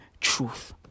truth